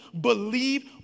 believe